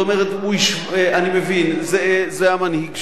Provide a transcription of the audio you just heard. זאת אומרת הוא, אני מבין, זה המנהיג שהוא,